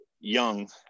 young